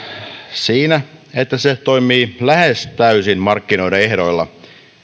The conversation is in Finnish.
siinä että se toimii lähes täysin markkinoiden ehdoilla